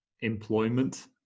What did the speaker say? employment